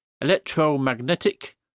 electromagnetic